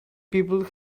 people